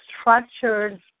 structured